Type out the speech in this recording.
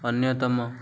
ଅନ୍ୟତମ